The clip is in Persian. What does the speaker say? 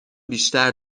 بیشتر